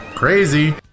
Crazy